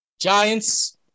Giants